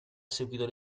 seguito